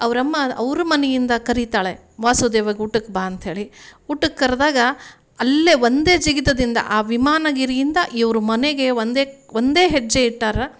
ಅವ್ರ ಅಮ್ಮ ಅವ್ರ ಮನೆಯಿಂದ ಕರಿತಾಳೆ ವಾಸುದೇವಗೆ ಊಟಕ್ಕೆ ಬಾ ಅಂತ ಹೇಳಿ ಊಟಕ್ಕೆ ಕರೆದಾಗ ಅಲ್ಲೇ ಒಂದೇ ಜಿಗಿತದಿಂದ ಆ ವಿಮಾನಗಿರಿಯಿಂದ ಇವರು ಮನೆಗೆ ಒಂದೇ ಒಂದೇ ಹೆಜ್ಜೆ ಇಟ್ಟಾರೆ